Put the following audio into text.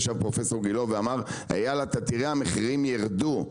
ישב פרופסור גילה שאמר אייל אתה תראה המחירים ירדו,